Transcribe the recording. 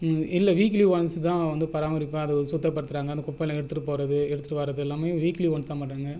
இல்லை weekly once தான் வந்து பராமரிப்பாக அது சுத்தப்படுத்துகிறாங்க அந்த குப்பையெல்லாம் எடுத்துகிட்டு போகிறது எடுத்துகிட்டு வரத்து எல்லாமே வீக்லி ஒன்ஸ் தான் பண்ணுறாங்க